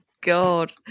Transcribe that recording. God